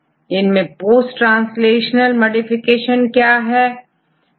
किसी प्रोटीन में होने वाले पोस्ट ट्रांसलेशनल मोडिफिकेशन के बारे में उसके कार्यों के बारे में जाना जा सकता है